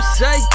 say